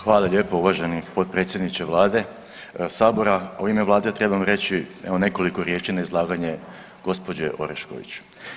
Hvala lijepo uvaženi potpredsjedniče Vlade, Sabora, u ime Vlade trebam reći evo nekoliko riječi na izlaganje gospođe Orešković.